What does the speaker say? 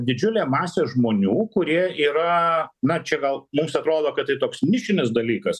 didžiulė masė žmonių kurie yra na čia gal mums atrodo kad tai toks nišinis dalykas